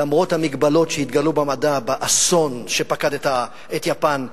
למרות המגבלות שהתגלו במדע באסון שפקד את יפן,